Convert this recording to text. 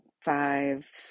five